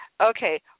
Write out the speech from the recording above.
okay